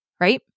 Right